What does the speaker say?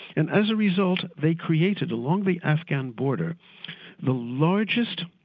and as a result they created along the afghan border the largest